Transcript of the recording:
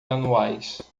anuais